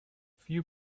few